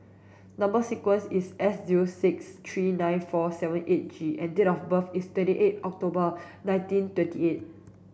number sequence is S zero six three nine four seven eight G and date of birth is twenty eight October nineteen twenty eight